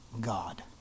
God